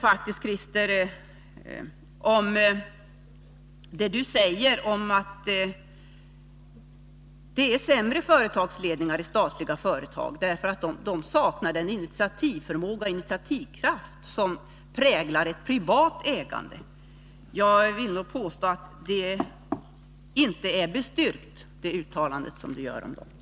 Christer Eirefelt sade att det är sämre företagsledningar i statliga företag därför att de saknar den initiativförmåga och den initiativkraft som präglar ett privat ägande. Jag vill påstå att det uttalandet inte är bestyrkt.